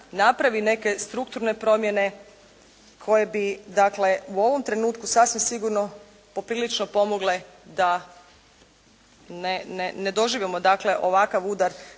neke strukturne promjene koje bi dakle u ovom trenutku sasvim sigurno poprilično pomogle da ne doživimo dakle ovakav udar